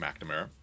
McNamara